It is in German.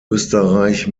österreich